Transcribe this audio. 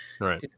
right